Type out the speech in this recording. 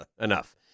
enough